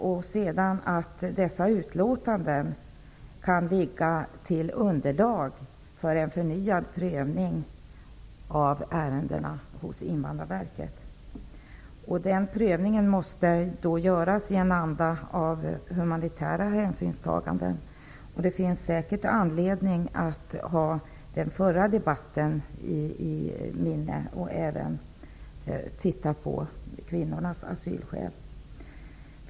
Dessa utlåtanden skulle sedan kunna ligga som underlag för en förnyad prövning av ärendena hos Invandrarverket. Den prövningen måste göras i en anda av humanitära hänsynstaganden. Det finns säkert anledning att ha föregående debatt i åminne och även titta på kvinnornas asylskäl.